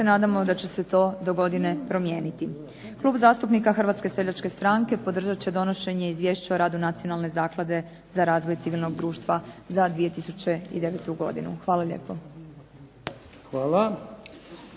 nadamo da će se to dogodine promijeniti. Klub zastupnika HSS-a podržati će donošenje Izvješća o radu Nacionalne zaklade za razvoj civilnog društva za 2009. godinu. Hvala lijepo.